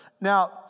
Now